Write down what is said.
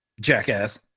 jackass